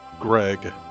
Greg